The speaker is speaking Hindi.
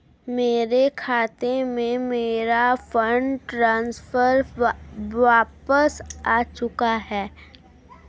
मेरे खाते में, मेरा फंड ट्रांसफर वापस आ चुका है